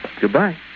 goodbye